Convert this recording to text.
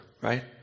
right